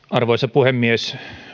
arvoisa puhemies